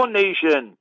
nation